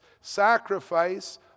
sacrifice